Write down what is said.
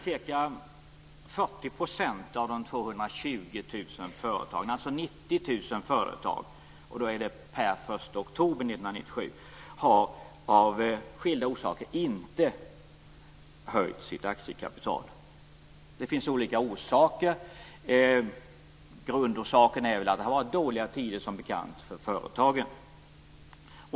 Ca 40 % av de 220 000 företagarna, dvs. 90 000 företag, hade den 1 oktober 1997 av skilda orsaker inte höjt sitt aktiekapital. Det finns olika orsaker till det. Grundorsaken är väl att det har varit dåliga tider, som bekant, för företagen.